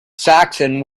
saxon